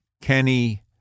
kenny